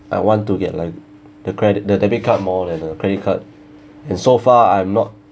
I want to get like the credit the debit card more than a credit card and so far I'm not